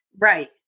right